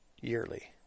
yearly